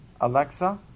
Alexa